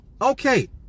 okay